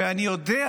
ואני יודע,